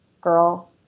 girl